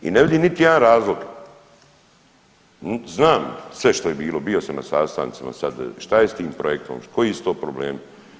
I ne vidim niti jedan razlog znam sve što je bilo, bio sam na sastancima šta je s tim projektom, koji su to problemi?